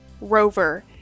Rover